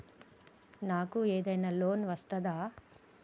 నాకు ఏదైనా లోన్ వస్తదా?